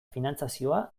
finantzazioa